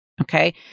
Okay